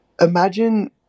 imagine